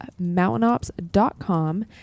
mountainops.com